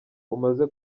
umaze